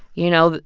you know,